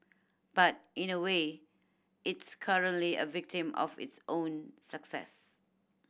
but in a way it's currently a victim of its own success